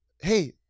hey